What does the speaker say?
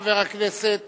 חבר הכנסת